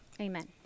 Amen